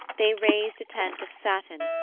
they raised a tent of satin,